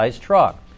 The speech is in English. truck